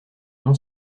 non